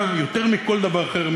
מה שמפריע לי יותר מכל דבר אחר,